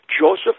Joseph